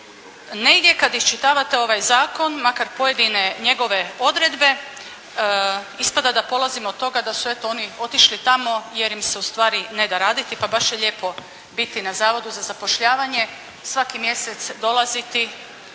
negdje kad iščitavate ovaj zakon makar pojedine njegove odredbe ispada da polazimo od toga da su eto oni otišli tamo jer im se ustvari ne da raditi pa baš je lijepo biti na Zavodu za zapošljavanje, svaki mjesec dolaziti,